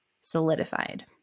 solidified